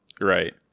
Right